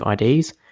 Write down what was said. IDs